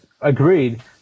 agreed